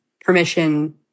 permission